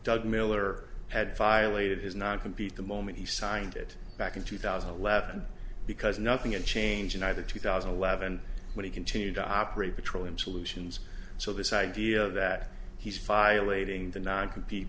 doug miller had violated his not compete the moment he signed it back in two thousand and eleven because nothing a change in either two thousand and eleven when he continued to operate petroleum solutions so this idea that he's file aiding the not compete